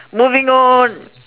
moving on